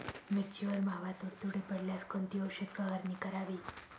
मिरचीवर मावा, तुडतुडे पडल्यास कोणती औषध फवारणी करावी?